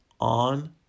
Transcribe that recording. on